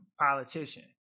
politician